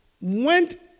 Went